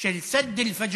של (אומר בערבית: